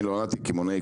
אני נולדתי קמעונאי,